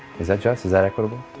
is that just, is that equitable?